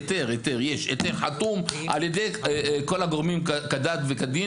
היתר חתום על ידי כל הגורמים כדת וכדין